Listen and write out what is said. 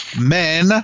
men